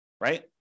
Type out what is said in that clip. right